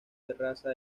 terraza